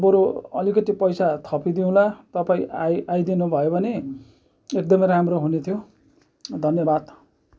बरू अलिकति पैसा थपिदिउँला तपाईँ आइ आइदिनु भयो भने एकदमै राम्रो हुनेथ्यो धन्यवाद